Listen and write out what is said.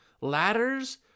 Ladders